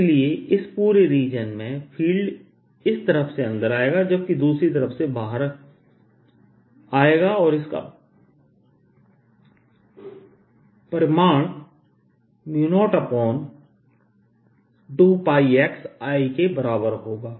इसलिए इस पूरे रीजन में फील्ड इस तरफ से अंदर जाएगा जबकि दूसरी तरफ से बाहर आएगा और इसका परिमाण 02πxI के बराबर होगा